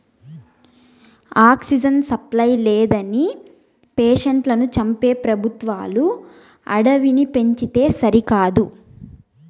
oxygen supply లేదని పేషెంట్లను చంపే పెబుత్వాలు అడవిని పెంచితే సరికదా